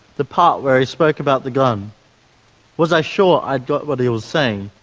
the part where he spoke about the gun was i sure i'd got what he was saying,